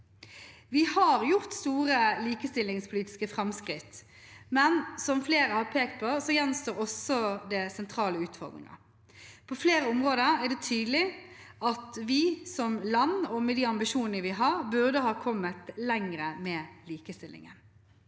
Vi har gjort store likestillingspolitiske framskritt, men som flere har pekt på, gjenstår det også sentrale utfordringer. På flere områder er det tydelig at vi som land, og med de ambisjonene vi har, burde ha kommet lenger med likestillingen.